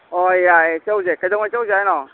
ꯍꯣꯏ ꯌꯥꯏꯑꯦ ꯆꯧꯁꯦ ꯀꯩꯗꯧꯉꯩ ꯆꯧꯁꯦ ꯍꯥꯏꯅꯣ